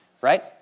right